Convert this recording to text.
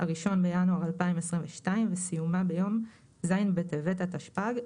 (1 בינואר 2022) וסיומה ביום ז' בטבת התשפ"ג,